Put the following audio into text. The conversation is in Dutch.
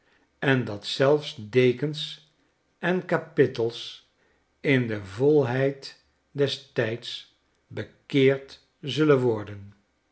en dat zelfs dekens en kapittels in de volheid des tijds bekeerd zullen worden